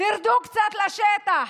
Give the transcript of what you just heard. תרדו קצת לשטח.